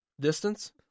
Distance